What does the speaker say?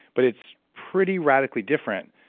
but it's pretty radically different,